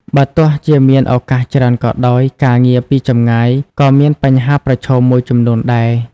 បើទោះជាមានឱកាសច្រើនក៏ដោយ ការងារពីចម្ងាយក៏មាន បញ្ហាប្រឈម មួយចំនួនដែរ។